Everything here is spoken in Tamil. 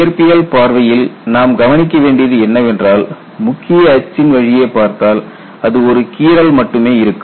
இயற்பியல் பார்வையில் நாம் கவனிக்க வேண்டியது என்னவென்றால் முக்கிய அச்சின் வழியே பார்த்தால் அது ஒரு கீறல் மட்டுமே இருக்கும்